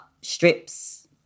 strips